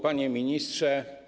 Panie Ministrze!